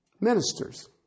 ministers